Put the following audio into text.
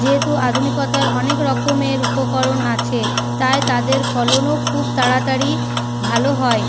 যেহেতু আধুনিকতার অনেক রকমের উপকরণ আছে তাই তাদের ফলনও খুব তাড়াতাড়ি ভালো হয়